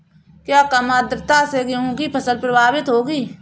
क्या कम आर्द्रता से गेहूँ की फसल प्रभावित होगी?